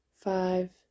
five